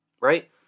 right